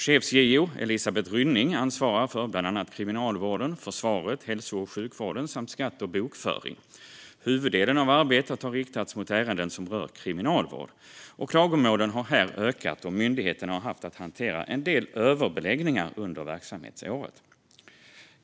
Chefs-JO Elisabeth Rynning ansvarar för bland annat Kriminalvården, försvaret, hälso och sjukvården samt skatt och bokföring. Huvuddelen av arbetet har riktats mot ärenden som rör kriminalvård. Klagomålen har här ökat, och myndigheten har haft att hantera en del överbeläggningar under verksamhetsområdet.